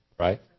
Right